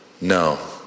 no